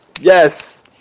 Yes